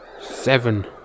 seven